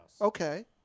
Okay